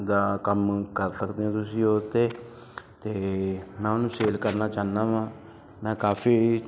ਦਾ ਕੰਮ ਕਰ ਸਕਦੇ ਓਂ ਤੁਸੀਂ ਉਹਦੇ 'ਤੇ ਅਤੇ ਮੈਂ ਉਹਨੂੰ ਸੇਲ ਕਰਨਾ ਚਾਨਾ ਵਾਂ ਮੈਂ ਕਾਫ਼ੀ